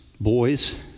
boys